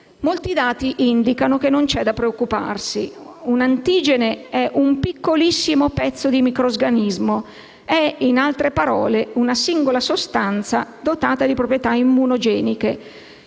Molti dati indicano che non c'è da preoccuparsi. Un antigene è un piccolissimo pezzo di microorganismo. È, in altre parole, una singola sostanza dotata di proprietà immunogeniche,